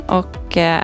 och